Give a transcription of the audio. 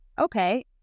okay